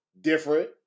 different